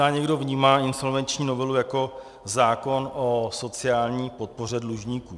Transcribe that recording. Možná někdo vnímá insolvenční novelu jako zákon o sociální podpoře dlužníků.